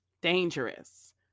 dangerous